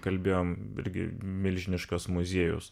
kalbėjom irgi milžiniškas muziejus